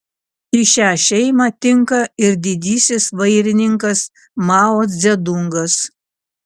į šią šeimą tinka ir didysis vairininkas mao dzedungas